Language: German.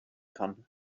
kann